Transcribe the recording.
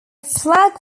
flagg